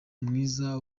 mwiza